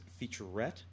featurette